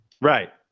right